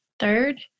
Third